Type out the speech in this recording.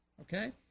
Okay